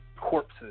corpses